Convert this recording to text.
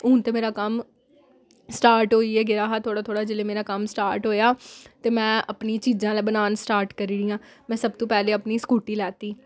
हून ते मेरा कम्म स्टार्ट होई गै गेआ हा थोह्ड़ा थोह्ड़ा जेल्लै मेरा कम्म स्टार्ट होएआ ते में अपनी चीजां आह्ला बनान स्टार्ट करी ओड़ियां में सब तूं पैह्लें अपनी स्कूटी लैती